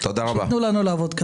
שייתנו לנו לעבוד.